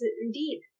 indeed